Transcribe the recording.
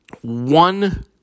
one